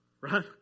right